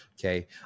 Okay